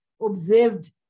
observed